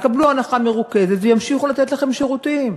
יקבלו הנחה מרוכזת וימשיכו לתת לכן שירותים.